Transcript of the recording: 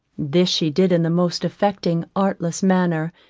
this she did in the most affecting, artless manner,